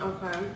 Okay